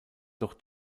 doch